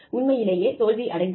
உண்மையிலேயே தோல்வியடைந்தது